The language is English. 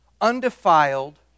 undefiled